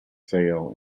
sail